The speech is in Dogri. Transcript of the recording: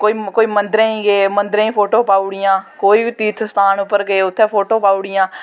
कोई मन्दरें च गे मन्दरें दा पोटो पाई ओड़ियां कोई बी तीर्थ स्थान गे उत्थें दी फोटो पाऊड़ियां